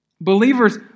Believers